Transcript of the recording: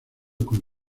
con